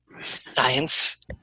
science